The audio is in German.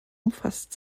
umfasst